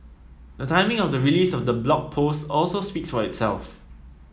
the timing of the release of the Blog Post also speaks for itself